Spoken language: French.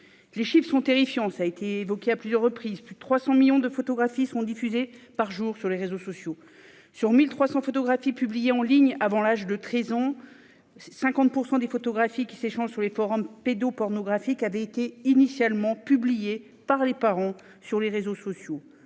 Les chiffres sont terrifiants. Plus de 300 millions de photographies sont diffusées par jour sur les réseaux sociaux, 1 300 photographies par enfant sont publiées en ligne avant l'âge de 13 ans, 50 % des photographies qui s'échangent sur les forums pédopornographiques ont été initialement publiées par les parents sur les réseaux sociaux-